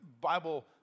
Bible